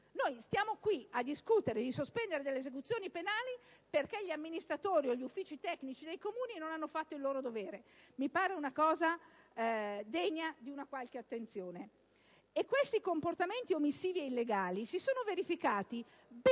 Stiamo qui a discutere di sospendere delle esecuzioni penali perché gli amministratori e gli uffici tecnici dei Comuni non hanno fatto il loro dovere: mi pare una cosa degna di una certa attenzione. Questi comportamenti omissivi e illegali si sono verificati ben prima